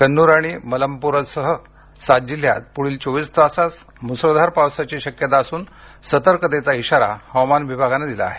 कन्नुर आणि मल्लपुरमसह सात जिल्ह्यात पुढील चोवीस तास मुसळधार पावसाची शक्यता असून सतर्कतेचा इशारा हवामान विभागानं दिला आहे